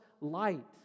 light